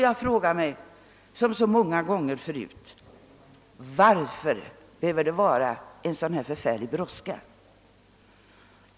Jag frågar mig liksom så många gånger förut: Varför måste det vara en sådan förfärlig brådska?